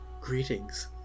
greetings